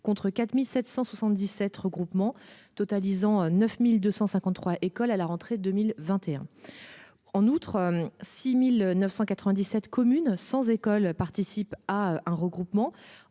contre 4777 regroupement totalisant 9253 écoles à la rentrée 2021. En outre, 6997 communes sans école participe à un regroupement